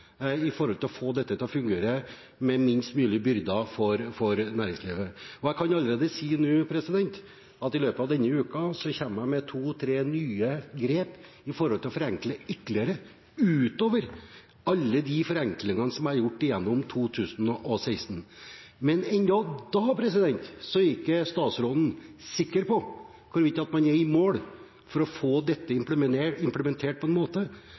å få dette til å fungere med minst mulig byrder for næringslivet. Jeg kan allerede nå si at i løpet av denne uken kommer jeg med to–tre nye grep for å forenkle ytterligere, utover alle de forenklingene som er gjort gjennom 2016. Men heller ikke da er statsråden sikker på om man er i mål når det gjelder å få dette implementert på en måte